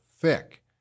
thick